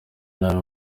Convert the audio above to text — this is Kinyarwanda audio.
nabi